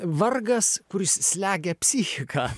vargas kuris slegia psichiką